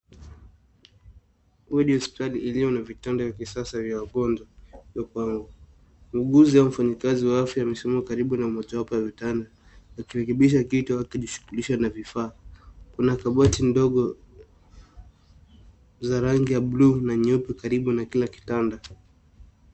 Huu ni hospitali iliyo na vitanda vya kisasa vya wagonjwa. Muguzi au mfanyakazi wa afya amesimama karibu na mojawapo ya vitanda, akirekebisha kitu au akijishughulisha na vifaa. Kuna kabati ndogo za rangi ya bluu na nyeupe karibu na kila kitanda.